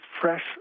fresh